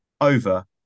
over